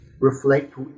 reflect